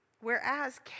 Whereas